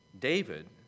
David